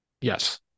Yes